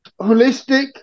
holistic